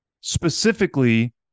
specifically